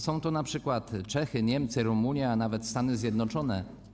Są to np. Czechy, Niemcy, Rumunia, a nawet Stany Zjednoczone.